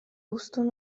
hudson